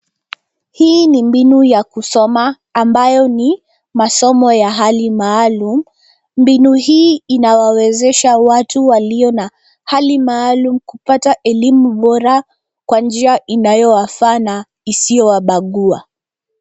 Hii ni mbinu ya kusoma ambayo ni masomo ya hali maalum. Mbinu hii inawawezesha watu walio na hali maalum kupata elimu bora kwa njia inayowafaa na isiyowabagua.